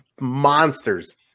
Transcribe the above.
monsters